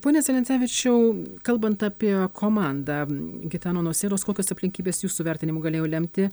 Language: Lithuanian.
pone celencevičiaus kalbant apie komandą gitano nausėdos kokios aplinkybės jūsų vertinimu galėjo lemti